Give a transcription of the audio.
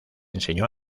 enseñó